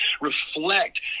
reflect